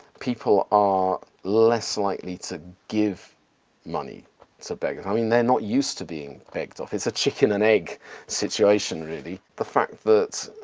people are less likely to give money to so beggars. i mean, they're not used to being begged off. it's a chicken-and-egg situation, really. the fact that